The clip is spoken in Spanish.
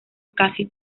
casi